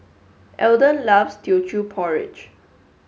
Elden loves Teochew porridge